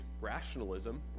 rationalism